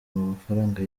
mafaranga